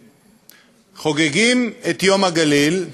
חוגגים את יום הגליל,